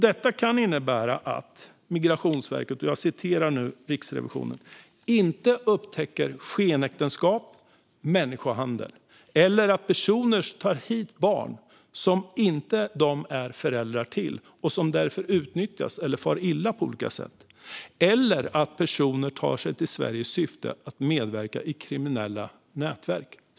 Detta kan innebära att Migrationsverket inte upptäcker skenäktenskap och människohandel eller att personer tar hit barn som de inte är föräldrar till och som utnyttjas eller far illa på olika sätt, eller att personer tar sig till Sverige i syfte att medverka i kriminella nätverk.